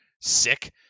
sick